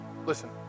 listen